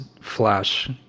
flash